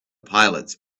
pilots